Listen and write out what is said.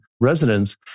residents